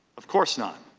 of course not.